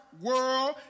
world